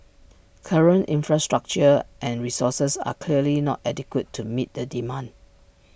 current infrastructure and resources are clearly not adequate to meet the demand